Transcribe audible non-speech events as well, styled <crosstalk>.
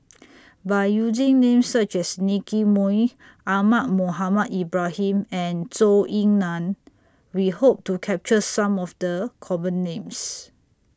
<noise> By using Names such as Nicky Moey Ahmad Mohamed Ibrahim and Zhou Ying NAN We Hope to capture Some of The Common Names